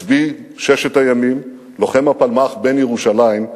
מצביא ששת הימים, לוחם הפלמ"ח, בן ירושלים,